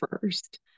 first